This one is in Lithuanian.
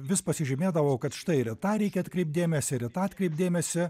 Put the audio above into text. vis pasižymėdavau kad štai ir į tą reikia atkreipt dėmesį ir į tą atkreipt dėmesį